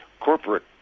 corporate